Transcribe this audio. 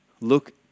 look